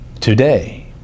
Today